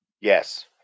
Yes